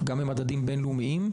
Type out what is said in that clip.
גם בממדים לאומיים,